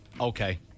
Okay